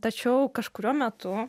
tačiau kažkuriuo metu